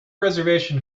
reservation